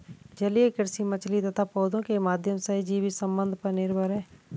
जलीय कृषि मछली तथा पौधों के माध्यम सहजीवी संबंध पर निर्भर है